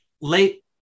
late